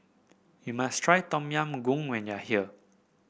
you must try Tom Yam Goong when you are here